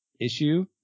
issue